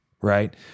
right